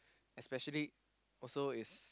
especially also is